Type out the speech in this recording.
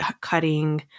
cutting